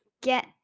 get